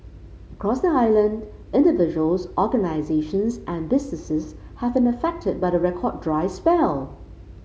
across the island individuals organisations and businesses have been affected by the record dry spell